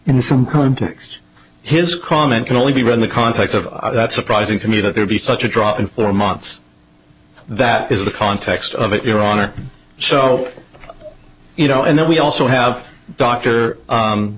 in some context his comment can only be read the context of that surprising to me that there be such a drop in four months that is the context of it your honor so you know and then we also have doctor